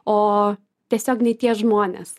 o tiesiog ne tie žmonės